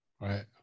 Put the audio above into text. right